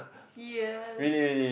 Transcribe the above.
yes